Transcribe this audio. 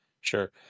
Sure